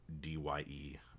d-y-e